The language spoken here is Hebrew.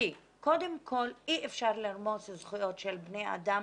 כי קודם כל אי אפשר לרמוס זכויות של בני אדם